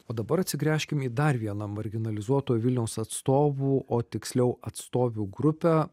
o dabar atsigręžkim į dar vieną marginalizuoto vilniaus atstovų o tiksliau atstovių grupę